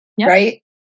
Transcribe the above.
right